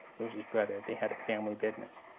it was his brother. they had a family business.